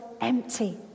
empty